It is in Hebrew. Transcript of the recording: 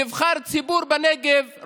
נבחר ציבור בנגב,